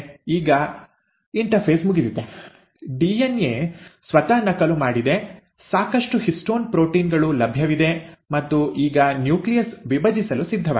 ಈಗ ಇಂಟರ್ಫೇಸ್ ಮುಗಿದಿದೆ ಡಿಎನ್ಎ ಸ್ವತಃ ನಕಲು ಮಾಡಿದೆ ಸಾಕಷ್ಟು ಹಿಸ್ಟೋನ್ ಪ್ರೋಟೀನ್ ಗಳು ಲಭ್ಯವಿದೆ ಮತ್ತು ಈಗ ನ್ಯೂಕ್ಲಿಯಸ್ ವಿಭಜಿಸಲು ಸಿದ್ಧವಾಗಿದೆ